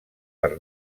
per